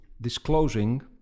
disclosing